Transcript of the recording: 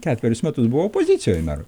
ketverius metus buvo opozicijoje mero